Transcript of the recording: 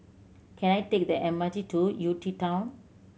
can I take the M R T to UTown